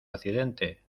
accidente